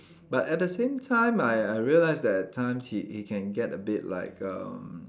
but at the same time I realise that at the time she it can get a bit like